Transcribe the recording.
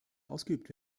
ausgeübt